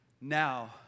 now